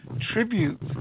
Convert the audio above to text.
tribute